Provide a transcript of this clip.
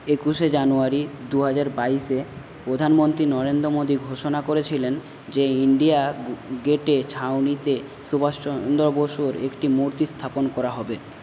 একুশে জানুয়ারি দু হাজার বাইশে প্রধানমন্ত্রী নরেন্দ্র মোদী ঘোষণা করেছিলেন যে ইন্ডিয়া গেটে ছাউনিতে সুভাষ চন্দ্র বসুর একটি মূর্তি স্থাপন করা হবে